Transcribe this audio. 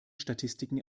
statistiken